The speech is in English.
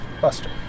Buster